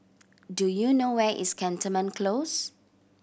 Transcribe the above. do you know where is Cantonment Close